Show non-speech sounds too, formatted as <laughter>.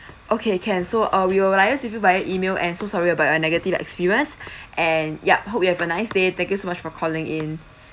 okay can so uh we will liaise with you via email and so sorry about your negative experience <breath> and yup hope you have a nice day thank you so much for calling in